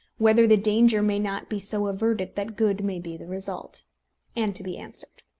whether the danger may not be so averted that good may be the result and to be answered.